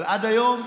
אבל עד היום,